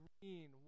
green